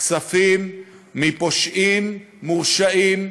כספים מפושעים מורשעים,